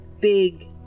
big